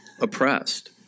oppressed